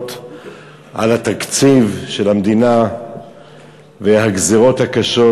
על התקציב של המדינה והגזירות הקשות.